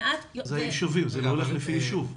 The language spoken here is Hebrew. זה הולך לפי יישוב.